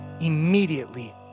immediately